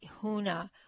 Huna